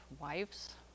wives